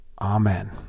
Amen